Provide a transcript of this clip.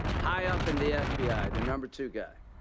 high up in the f b i, the number two guy.